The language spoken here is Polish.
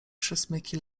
przesmyki